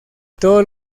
todos